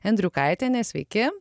endriukaitienė sveiki